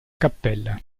cappella